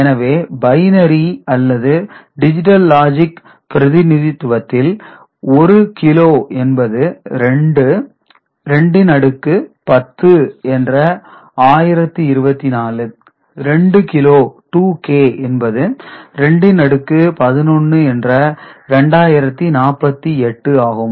எனவே பைனரி அல்லது digital logic பிரதிநிதித்துவத்தில் 1 கிலோ என்பது 2 இன் அடுக்கு 10 என்ற 1024 2 கிலோ 2K என்பது 2 அடுக்கு 11 என்ற 2048 ஆகும்